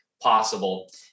possible